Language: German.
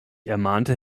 ermahnte